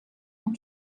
pan